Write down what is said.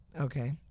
Okay